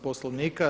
Poslovnika.